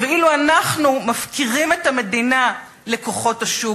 ואילו אנחנו, מפקירים את המדינה לכוחות השוק.